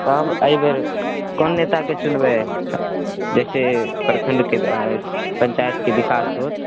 तब एहि बेर कोन नेता कऽ चुनबै जाहि से प्रखण्डके पञ्चायतके विकास होयत